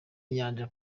inyanja